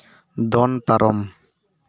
ᱫᱚᱱ ᱯᱟᱨᱚᱢ